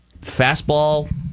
fastball